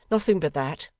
nothing but that